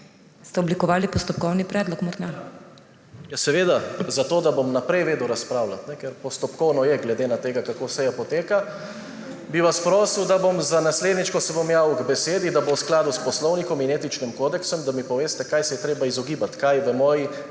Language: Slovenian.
Ste oblikovali postopkovni predlog morda? ŽAN MAHNIČ (PS SDS): Ja seveda, zato, da bom vnaprej vedel razpravljati, ker postopkovno je glede na tega, kako seja poteka, bi vas prosil, da bom za naslednjič, ko se bom javil k besedi, da bo v skladu s poslovnikom in etičnim kodeksom, da mi poveste, česa se je treba izogibati, kaj v moji